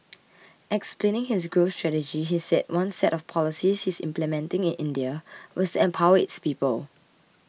explaining his growth strategy he said one set of policies he is implementing in India was to empower its people